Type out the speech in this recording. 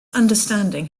understanding